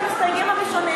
המסתייגים הראשונים,